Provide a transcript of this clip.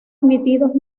admitidos